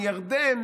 מירדן,